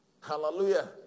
Hallelujah